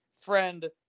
friend